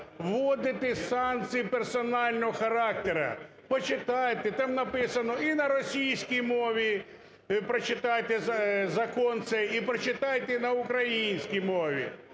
вводити санкції персонального характеру. Почитайте, там написано, і на російській мові прочитайте закон цей, і прочитайте на українській мові.